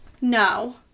No